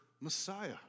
Messiah